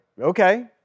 okay